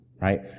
Right